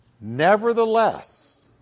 nevertheless